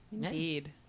Indeed